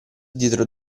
dietro